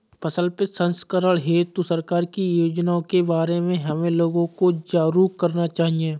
फसल प्रसंस्करण हेतु सरकार की योजनाओं के बारे में हमें लोगों को जागरूक करना चाहिए